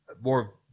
more